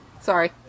Sorry